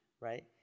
right